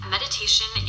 Meditation